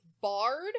Bard